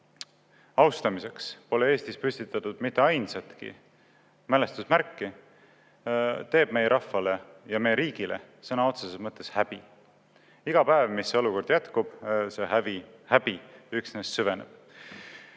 austamiseks pole Eestis püstitatud mitte ainsatki mälestusmärki, teeb meie rahvale ja riigile sõna otseses mõttes häbi. Iga päev, mil see olukord jätkub, see häbi üksnes süveneb.